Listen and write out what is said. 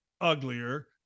uglier